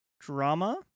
Drama